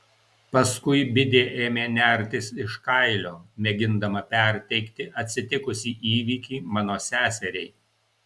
paskui bidė ėmė nertis iš kailio mėgindama perteikti atsitikusį įvykį mano seseriai